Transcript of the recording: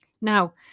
Now